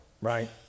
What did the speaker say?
right